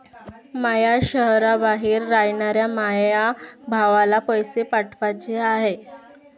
माया शैहराबाहेर रायनाऱ्या माया भावाला पैसे पाठवाचे हाय